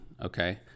okay